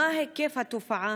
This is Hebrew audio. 2. מהו היקף התופעה?